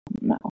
No